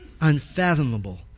unfathomable